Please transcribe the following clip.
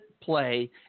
play